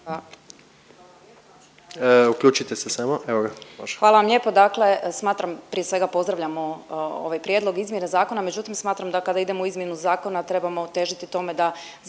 Hvala vam lijepo, dakle smatram, prije svega pozdravljamo ovaj prijedlog izmjena zakona, međutim smatram da kada idemo u izmjenu zakona trebamo težiti tome da zapravo